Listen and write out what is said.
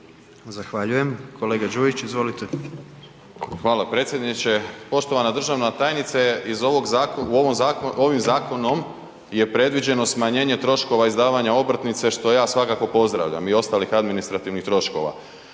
Zahvaljujem. Kolega Đujić, izvolite. **Đujić, Saša (SDP)** Hvala predsjedniče. Poštovana državna tajnice, ovim zakonom je predviđeno smanjenje troškova izdavanja obrtnice što ja svakako pozdravljam i ostalih administrativnih troškova.